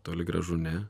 toli gražu ne